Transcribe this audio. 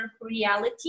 reality